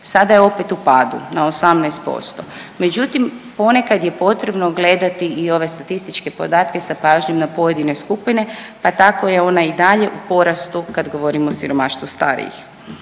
Sada je opet u padu na 18%. Međutim, ponekad je potrebno gledati i ove statističke podatke sa pažnjom na pojedine skupine, pa tako je ona i dalje u porastu kad govorim o siromaštvu starijih.